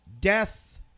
death